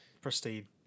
pristine